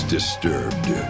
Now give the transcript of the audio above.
Disturbed